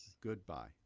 Goodbye